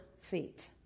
feet